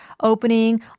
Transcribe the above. opening